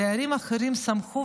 הדיירים האחרים שמחו,